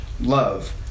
Love